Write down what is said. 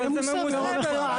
אז שיהיה ממוסה ביום המכירה.